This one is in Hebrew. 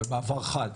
במעבר חד.